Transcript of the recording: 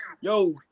yo